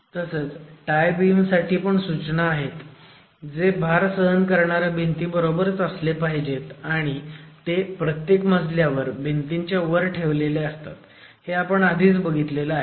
तसंच tie beam साठी पण सूचना आहेत जे भार सहन करणाऱ्या भिंतीबरोबरच असले पाहिजेत आणि ते प्रत्येक मजल्यावर भिंतीच्या वर ठेवलेले असतात हे आपण आधीच बघितलं आहे